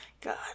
God